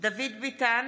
דוד ביטן,